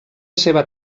seva